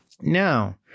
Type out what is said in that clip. Now